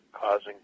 causing